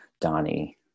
Donnie